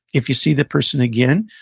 if you see the person again,